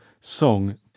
song